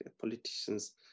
politicians